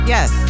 Yes